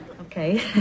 Okay